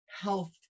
health